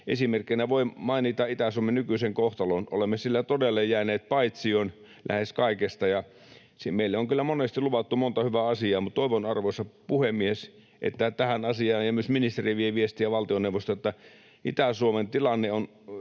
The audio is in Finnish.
Esimerkkinä voi mainita Itä-Suomen nykyisen kohtalon. Olemme siellä todella jääneet paitsioon lähes kaikesta, ja meille on kyllä monesti luvattu monta hyvää asiaa. Toivon, arvoisa puhemies, että tästä asiasta myös ministeri vie viestiä valtioneuvostoon, että Itä-Suomen tilanne on,